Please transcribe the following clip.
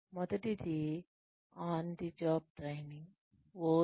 మొదటిది on the job training OJT